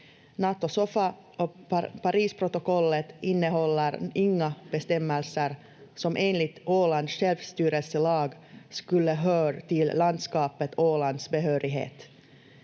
Nato-sofa och Parisprotokollet innehåller inga bestämmelser som enligt Ålands självstyrelselag skulle höra till landskapet Ålands behörighet.